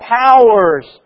powers